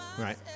right